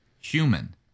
human